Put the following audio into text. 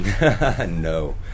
No